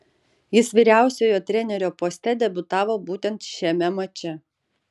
jis vyriausiojo trenerio poste debiutavo būtent šiame mače